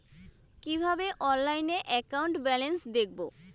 কিভাবে অনলাইনে account balance দেখবো?